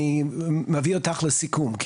אני מביא אותך לסיכום.